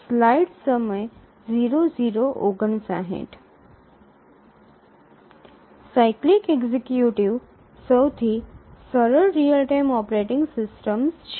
cyclic executives સૌથી સરળ real time operating systems છે